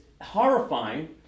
horrifying